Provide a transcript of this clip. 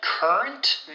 Current